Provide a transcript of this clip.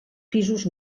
pisos